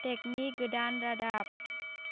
टेकनि गोदान रादाब